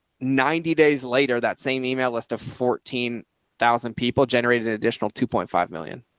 ninety days later, that same email list of fourteen thousand people generated an additional two point five million,